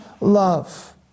love